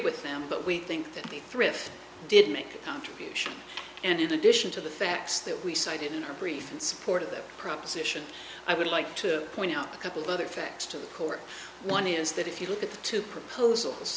with them but we think that the thrift did make a contribution and in addition to the facts that we cited in our brief in support of their proposition i would like to point out a couple of other facts to the court one is that if you look at the two proposals